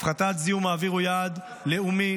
הפחתת זיהום האוויר היא יעד לאומי,